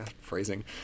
phrasing